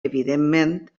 evidentment